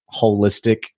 holistic